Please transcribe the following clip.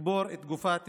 לקבור את גופת בנה,